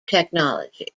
technology